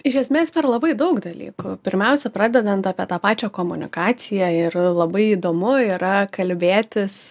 iš esmės per labai daug dalykų pirmiausia pradedant apie tą pačią komunikaciją ir labai įdomu yra kalbėtis